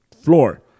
floor